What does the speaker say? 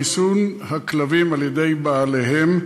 חיסון הכלבים על-ידי בעליהם,